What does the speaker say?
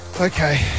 Okay